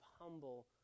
humble